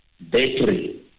battery